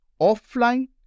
offline